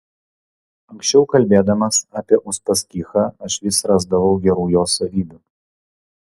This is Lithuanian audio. anksčiau kalbėdamas apie uspaskichą aš vis rasdavau gerų jo savybių